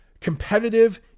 competitive